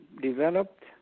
developed